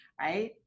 right